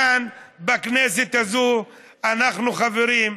כאן, בכנסת הזו, אנחנו, חברים,